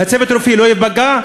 הצוות הרפואי לא ייפגע,